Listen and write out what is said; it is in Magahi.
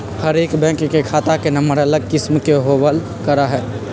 हर एक बैंक के खाता के नम्बर अलग किस्म के होबल करा हई